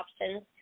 options